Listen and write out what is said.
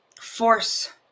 force